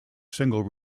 single